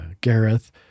Gareth